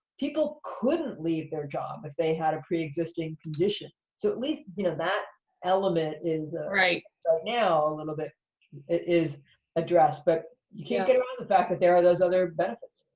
people couldn't leave their job if they had a preexisting condition. so, at least, you know, that element is, right so now, a little bit, it is addressed. but you can't get around the fact that there are those other benefits.